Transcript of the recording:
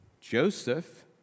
Joseph